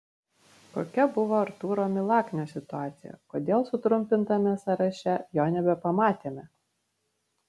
kokia buvo artūro milaknio situacija kodėl sutrumpintame sąraše jo nebepamatėme